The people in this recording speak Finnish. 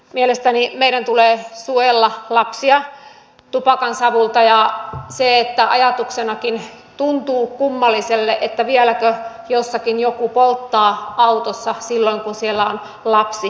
mielestäni meidän tulee suojella lapsia tupakansavulta ja ajatuksenakin tuntuu kummalliselle että vieläkö jossakin joku polttaa autossa silloin kun siellä on lapsi läsnä